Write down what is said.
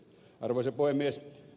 arvoisa puhemies